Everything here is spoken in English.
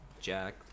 Jack